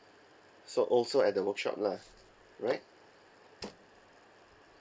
so also at the workshop lah right